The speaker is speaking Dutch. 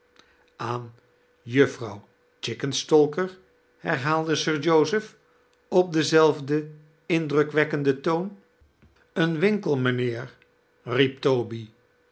aan juffrouw chickenstalker i herhaalde sir joseph op denzelfden indrukwekkenden toon een winkel mijnheer riep toby